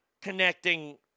connecting